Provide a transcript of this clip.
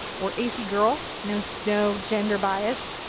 or ac girl. no no gender bias.